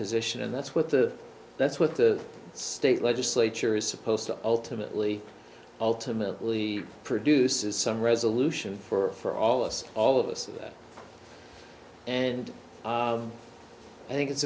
position and that's what the that's what the state legislature is supposed to ultimately ultimately produces some resolution for all of us all of us and i think it's